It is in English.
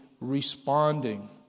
responding